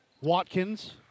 Watkins